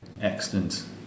Excellent